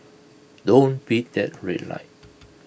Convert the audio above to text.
don't beat that red light